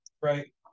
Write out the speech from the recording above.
right